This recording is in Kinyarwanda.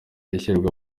ishyirwa